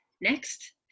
next